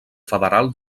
federal